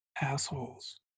assholes